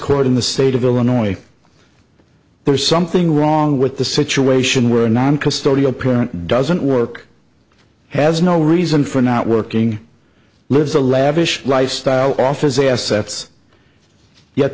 court in the state of illinois there's something wrong with the situation where a non custodial parent doesn't work has no reason for not working lives a lavish lifestyle offers assets yet